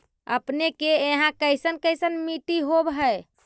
अपने के यहाँ कैसन कैसन मिट्टी होब है?